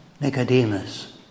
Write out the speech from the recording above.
Nicodemus